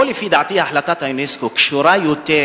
פה לפי דעתי החלטת אונסק"ו קשורה יותר